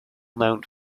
mount